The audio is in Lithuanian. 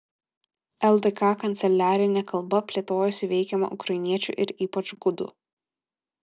ldk kanceliarinė kalba plėtojosi veikiama ukrainiečių ir ypač gudų